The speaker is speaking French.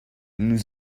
nous